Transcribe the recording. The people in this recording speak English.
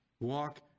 walk